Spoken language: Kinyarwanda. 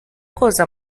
koza